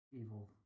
evil